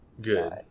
Good